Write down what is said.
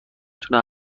تونه